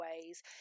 ways